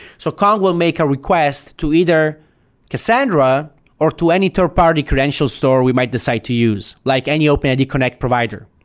so kong will make a request to either cassandra or to any third-party credential store we might decide to use, like any openid connect provider.